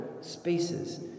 spaces